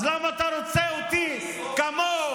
אז למה אתה רוצה אותי כמוהו?